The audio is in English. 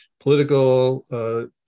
political